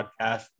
podcast